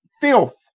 filth